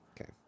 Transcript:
Okay